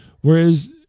whereas